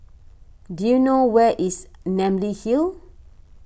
do you know where is Namly Hill